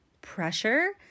pressure